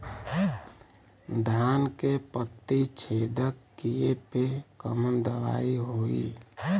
धान के पत्ती छेदक कियेपे कवन दवाई होई?